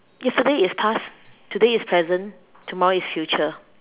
yesterday is past today is present tomorrow is future